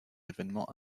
événements